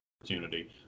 opportunity